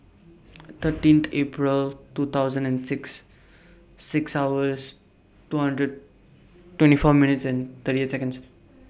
thirteen April two thousand and six six hours two hundred twenty four minutes and thirty eight Seconds